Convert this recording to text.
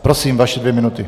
Prosím, vaše dvě minuty.